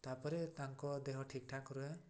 ତାପରେ ତାଙ୍କ ଦେହ ଠିକ୍ଠାକ୍ ରୁହେ